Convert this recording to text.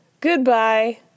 Goodbye